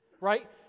Right